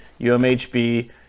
UMHB